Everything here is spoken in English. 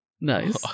Nice